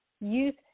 youth